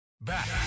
back